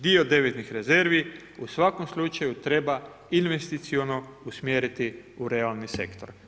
Dio deviznih rezervi u svakom slučaju treba investiciono usmjeriti u realni sektor.